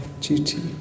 duty